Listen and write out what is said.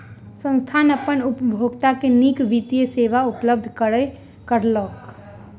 संस्थान अपन उपभोगता के नीक वित्तीय सेवा उपलब्ध करौलक